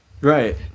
Right